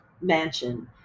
mansion